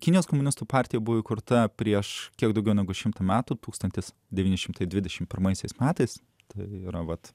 kinijos komunistų partija buvo įkurta prieš kiek daugiau negu šimtą metų tūktstantis devyni šimtai dvidešimt pirmaisiais metais tai yra vat